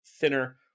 thinner